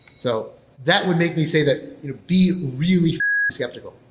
so that would make me say that be really f skeptical